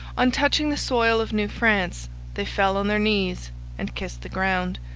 on touching the soil of new france they fell on their knees and kissed the ground,